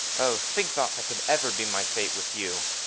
oh! think not that can ever be my fate with you.